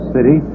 City